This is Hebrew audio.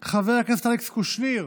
מוותר, חבר הכנסת אלכס קושניר,